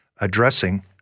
addressing